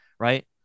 Right